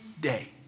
day